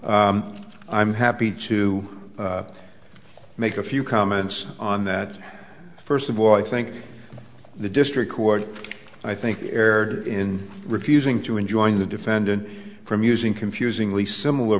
i'm happy to make a few comments on that first of all i think the district court i think erred in refusing to enjoined the defendant from using confusingly similar